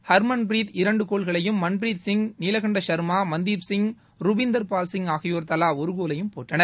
ஹர்மன்ப்ரீத் இரண்டு கோல்களையும் மன்பிரீத் சிங் நீலகண்ட ஷர்மா மந்தீப்சிங் ருபிந்தர்பால் சிங் ஆகியோர் தலா ஒரு கோலையும் போட்டனர்